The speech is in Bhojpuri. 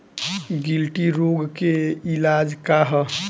गिल्टी रोग के इलाज का ह?